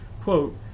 quote